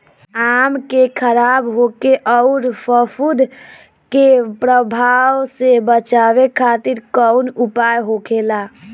आम के खराब होखे अउर फफूद के प्रभाव से बचावे खातिर कउन उपाय होखेला?